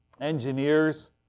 engineers